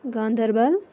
Ganderbal